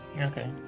Okay